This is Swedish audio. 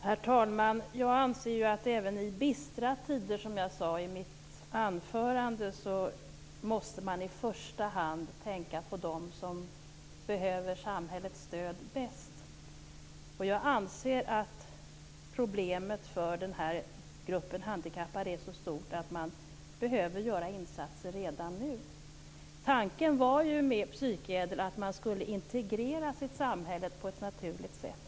Herr talman! Jag anser att även i bistra tider - som jag sade i mitt anförande - måste man i första hand tänka på dem som behöver samhällets stöd bäst. Jag anser att problemen för den här gruppen handikappade är så stora att insatser behöver göras redan nu. Tanken med psykädel var att man skulle integreras i samhället på ett naturligt sätt.